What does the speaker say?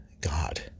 God